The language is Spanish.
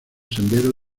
sendero